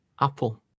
apple